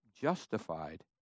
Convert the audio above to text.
justified